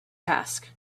task